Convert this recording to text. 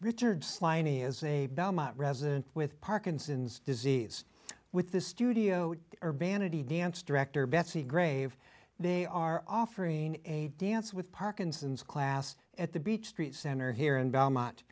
a resident with parkinson's disease with the studio urbanity dance director betsy grave they are offering a dance with parkinson's class at the beach street center here in belmont